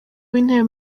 w’intebe